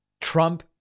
Trump